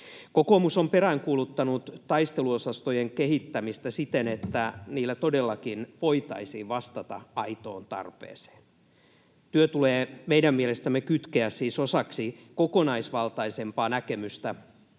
Kokoomus on peräänkuuluttanut taisteluosastojen kehittämistä siten, että niillä todellakin voitaisiin vastata aitoon tarpeeseen. Työ tulee meidän mielestämme kytkeä siis osaksi kokonaisvaltaisempaa näkemystä